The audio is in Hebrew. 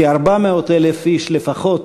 שכ-400,000 איש לפחות